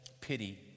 pity